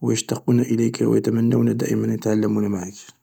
و يشتاقون إليك و يتمنون دائما أن يتعلمون معك.